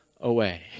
away